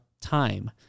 time